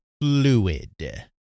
fluid